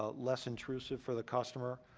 ah less intrusive for the customer, ah,